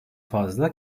fazla